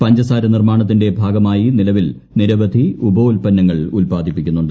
പഞ്ചസാര നിർമ്മാണത്തിന്റെ ഭാഗമായി നിലവിൽ നിരവധി ഉപോൽപ്പന്നങ്ങൾ ഉല്പാദിപ്പിക്കുന്നുണ്ട്